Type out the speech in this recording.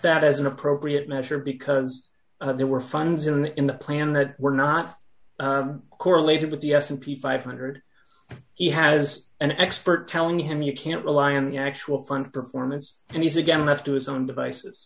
that as an appropriate measure because there were funds in the in the plan that were not correlated with the s and p five hundred he has an expert telling him you can't rely on the actual fund performance and he's again left to his own devices